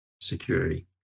security